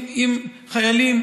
אם חיילים,